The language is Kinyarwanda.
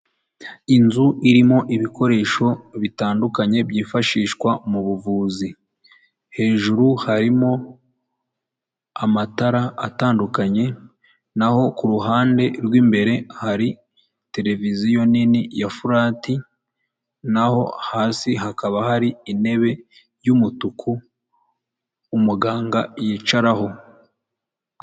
Inzu irimo ibikoresho bitandukanye byifashishwa mu buvuzi, hejuru harimo amatara atandukanye, naho ku ruhande rw'imbere hari televiziyo nini ya fulati, naho hasi hakaba hari intebe y'umutuku, umuganga yicaraho.